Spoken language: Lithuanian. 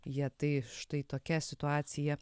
jie tai štai tokia situacija